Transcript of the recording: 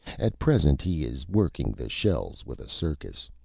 at present, he is working the shells with a circus.